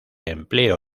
empleo